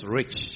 rich